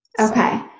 Okay